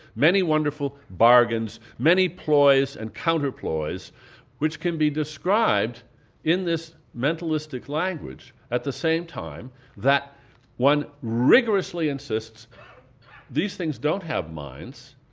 many wonderful bargains, many ploys and counter-ploys which can be described in this mentalistic language at the same time that one rigorously insists that these things don't have minds,